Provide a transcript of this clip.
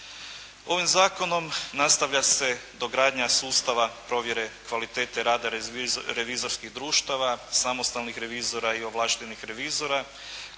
Ovim Zakonom nastavlja se dogradnja sustava provjere kvalitete rada revizorskih društava, samostalnih revizora i ovlaštenih revizora